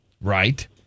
Right